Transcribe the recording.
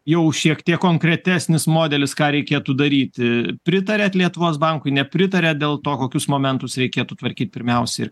jau šiek tiek konkretesnis modelis ką reikėtų daryti pritariat lietuvos bankui nepritariat dėl to kokius momentus reikėtų tvarkyt pirmiausiai ir